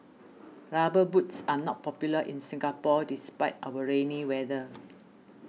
rubber boots are not popular in Singapore despite our rainy weather